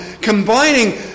combining